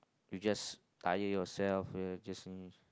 you just tire yourself you're just